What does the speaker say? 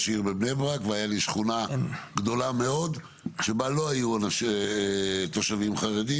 עיר בבני ברק והייתה לי שכונה גדולה מאוד שבה לא היו תושבים חרדים